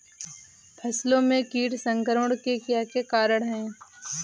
फसलों में कीट संक्रमण के क्या क्या कारण है?